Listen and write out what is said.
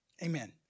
Amen